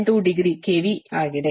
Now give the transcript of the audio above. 7272 degree KV ಆಗಿದೆ